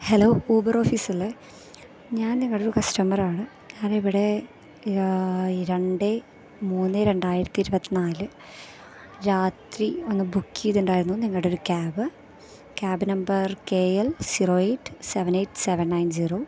hello Uber office അല്ലേ ഞാൻ നിങ്ങളുടെ ഒരു കസ്റ്റമർ ആണ് ഞാൻ ഇവിടെ രണ്ട് മൂന്ന് രണ്ടായിരത്തി ഇരുപത്തി നാല് രാത്രി ഒന്ന് ബുക്ക് ചെയ്തിട്ടുണ്ടായിരുന്നു നിങ്ങളുടെ ഒരു cab cab number K L zero eight seven eight seven nine zero